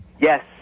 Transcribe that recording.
Yes